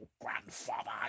grandfather